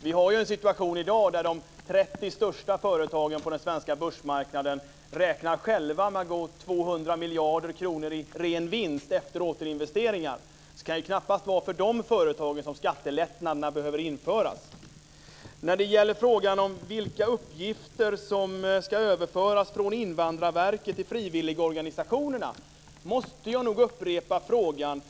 Vi har en situation i dag där de 30 största företagen på den svenska börsmarknaden själva räknar med att gå med 200 miljarder kronor i ren vinst efter återinvesteringar. Det kan knappast vara för de företagen som skattelättnaderna behöver införas. När det gäller frågan om vilka uppgifter som ska överföras från Invandrarverket till frivilligorganisationerna måste jag upprepa frågan.